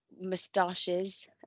moustaches